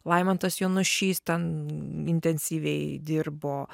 laimantas jonušys ten intensyviai dirbo